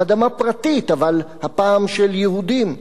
האדמה פרטית, אבל הפעם של יהודים.